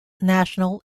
national